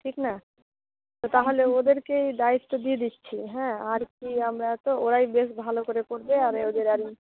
ঠিক না তাহলে ওদেরকেই দায়িত্ব দিয়ে দিচ্ছি হ্যাঁ আর কী আমরা তো ওরাই বেশ ভালো করে করবে আর এ ওদের আমি